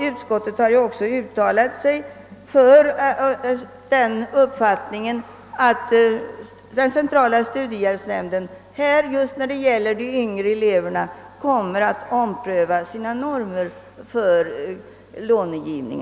Utskottet har också uttalat den uppfatiningen att centrala studiehjälpsnämnden kommer att ompröva sina normer för långivning när det gäller de yngre eleverna.